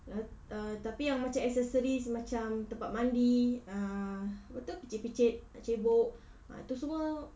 uh uh tapi yang macam accessories macam tempat mandi uh apa itu picit-picit nak cebok ah tu semua